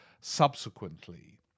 subsequently